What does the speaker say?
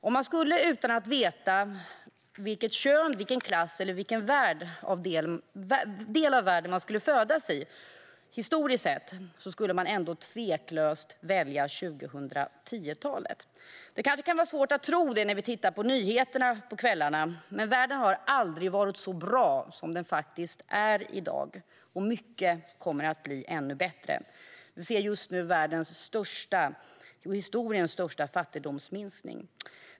Om man utan att veta vilket kön, vilken klass eller vilken del av världen man skulle födas i historiskt sett, skulle man ändå tveklöst välja 2010-talet. Det kan kanske vara svårt att tro när vi tittar på nyheterna på kvällarna, men världen har aldrig varit så bra som den faktiskt är i dag - och mycket kommer att bli ännu bättre. Vi ser just nu världens och historiens största fattigdomsminskning.